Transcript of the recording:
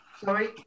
sorry